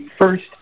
first